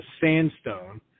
sandstone